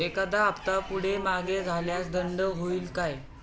एखादा हफ्ता पुढे मागे झाल्यास दंड होईल काय?